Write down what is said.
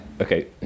Okay